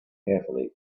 carefully